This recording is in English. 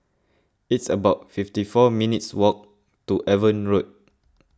it's about fifty four minutes' walk to Avon Road